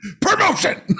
Promotion